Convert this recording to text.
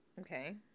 Okay